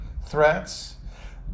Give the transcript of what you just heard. threats